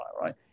right